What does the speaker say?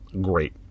Great